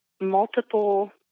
multiple